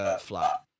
flat